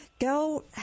go